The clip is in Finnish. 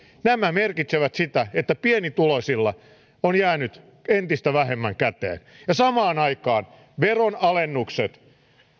merkitsevät sitä että pienituloisilla on jäänyt entistä vähemmän käteen ja samaan aikaan veronalennukset